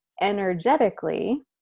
energetically